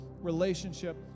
relationship